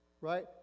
right